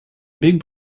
big